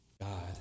God